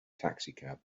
taxicab